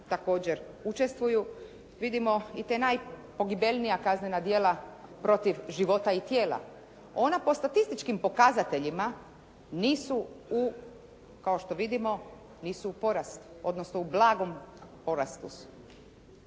također učestvuju, vidimo i ta najpogibeljnija kaznena djela protiv života i tijela. Ona po statističkim pokazateljima nisu u kao što vidimo, nisu u porastu, odnosno u blagom porastu su.